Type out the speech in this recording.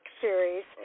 series